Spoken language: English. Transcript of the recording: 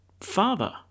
father